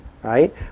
right